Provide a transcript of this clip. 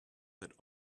that